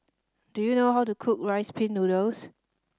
do you know how to cook Rice Pin Noodles